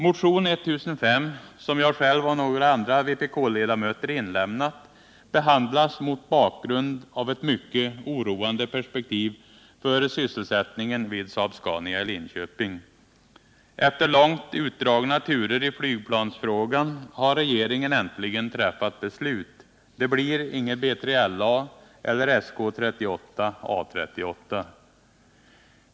Motion 1005, som jag själv och andra vpk-ledamöter inlämnat, behandlas mot bakgrund av ett mycket oroande perspektiv för sysselsättningen vid Saab-Scania i Linköping. Efter långt utdragna turer i flygplansfrågan har regeringen äntligen träffat beslut. Det blir inget B3LA eller SK 38/A 38.